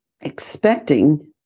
expecting